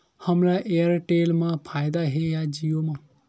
हमला एयरटेल मा फ़ायदा हे या जिओ मा?